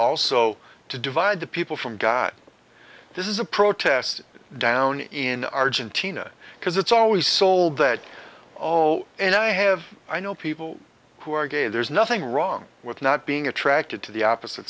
also to divide the people from god this is a protest down in argentina because it's always sold that oh and i have i know people who are gay there's nothing wrong with not being attracted to the opposite